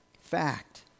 fact